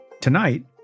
Tonight